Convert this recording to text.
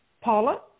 Paula